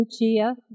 Lucia